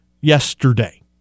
yesterday